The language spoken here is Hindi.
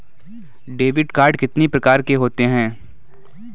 डेबिट कार्ड कितनी प्रकार के होते हैं?